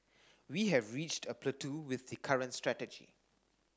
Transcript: we have reached a plateau with the current strategy